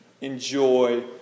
enjoy